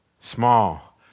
small